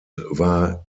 war